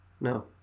No